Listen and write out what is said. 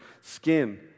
skin